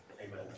amen